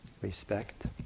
respect